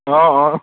অঁ অঁ